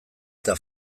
eta